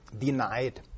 denied